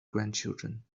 grandchildren